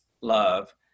love